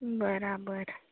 બરાબર